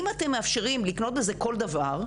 אם אתם מאפשרים לקנות בזה כל דבר,